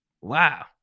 wow